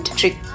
trick